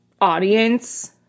audience